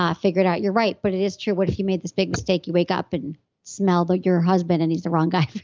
um figure it out. you're right, but it is true. what if you made this big mistake? you wake up and smell your husband, and he's the wrong guy for